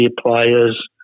players